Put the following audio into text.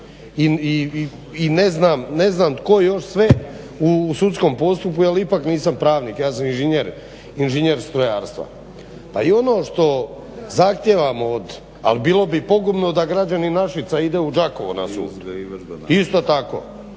i ne znam tko još sve u sudskom postupku jel ipak nisam pravnik, ja sam inženjer strojarstva. Pa i ono što zahtijevamo od al bilo bi pogubno da građani Našica ide u Đakovo na sud isto tako.